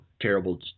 Terrible